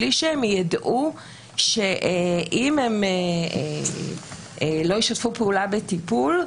בלי שהם ידעו שאם הם לא ישתפו פעולה בטיפול,